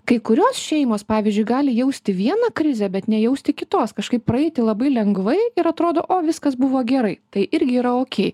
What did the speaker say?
kai kurios šeimos pavyzdžiui gali jausti vieną krizę bet nejausti kitos kažkaip praeiti labai lengvai ir atrodo o viskas buvo gerai tai irgi yra okei